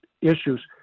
issues